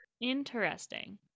Interesting